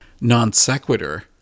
Non-Sequitur